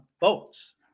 votes